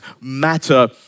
Matter